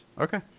Okay